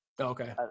Okay